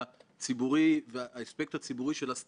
ברור לנו שיש חוק שמנע מהם למסור את המידע,